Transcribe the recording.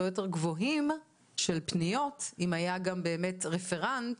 יותר גבוהים של פניות אם היה גם באמת רפרנט,